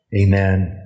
Amen